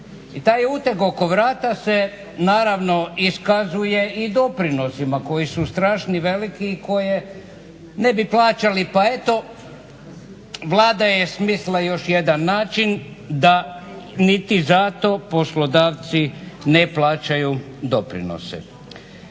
I taj uteg oko vrata se naravno iskazuje i doprinosima koji su strašni, veliki i koje ne bi plaćali. Pa eto Vlada je smislila još jedan način da niti za to poslodavci ne plaćaju doprinose.